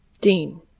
Dean